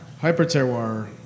Hyperterroir